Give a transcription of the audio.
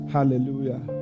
Hallelujah